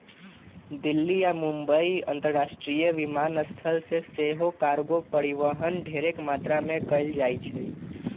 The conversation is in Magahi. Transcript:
दिल्ली आऽ मुंबई अंतरराष्ट्रीय विमानस्थल से सेहो कार्गो परिवहन ढेरेक मात्रा में कएल जाइ छइ